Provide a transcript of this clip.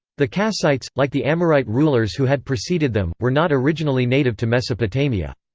the kassites, like the amorite rulers who had preceded them, were not originally native to mesopotamia.